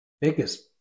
biggest